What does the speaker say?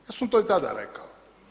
Ja sam to i tada rekao.